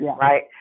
Right